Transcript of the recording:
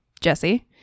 Jesse